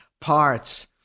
parts